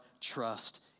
trust